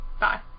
bye